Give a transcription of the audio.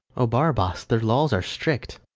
o barabas, their laws are strict!